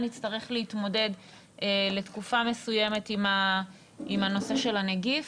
נצטרך להתמודד לתקופה מסוימת עם הנושא של הנגיף,